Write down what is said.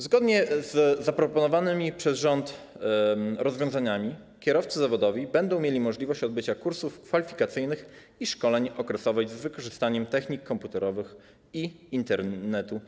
Zgodnie z zaproponowanymi przez rząd rozwiązaniami kierowcy zawodowi będą mieli możliwość odbycia kursów kwalifikacyjnych i szkoleń okresowych z wykorzystaniem technik komputerowych i Internetu.